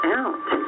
out